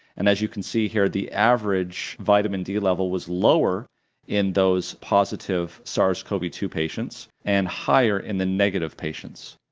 and as you can see here the average vitamin d level was lower in those positive sars c o v two patients and higher in the negative patients.